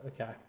Okay